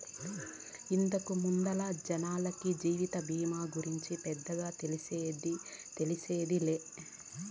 ఇంతకు ముందల జనాలకి జీవిత బీమా గూర్చి పెద్దగా తెల్సిందేలే